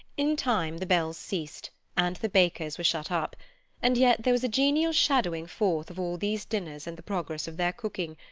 in time the bells ceased, and the bakers were shut up and yet there was a genial shadowing forth of all these dinners and the progress of their cooking,